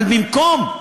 אבל במקום,